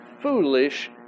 foolish